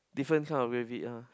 different kind of gravy yeah